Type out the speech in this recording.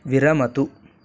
विरमतु